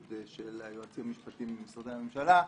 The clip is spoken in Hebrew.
של היועצים המשפטיים במשרדי הממשלה,